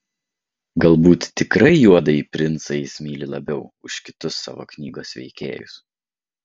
galbūt tikrai juodąjį princą jis myli labiau už kitus savo knygos veikėjus